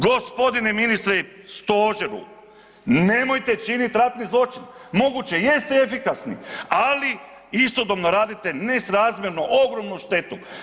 G. ministre, stožeru nemojte činit ratni zločin, moguće, jeste efikasni ali istodobno radite nesrazmjerno ogromnu štetu.